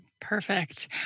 Perfect